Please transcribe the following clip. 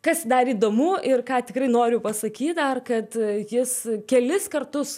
kas dar įdomu ir ką tikrai noriu pasakyt dar kad jis kelis kartus